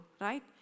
right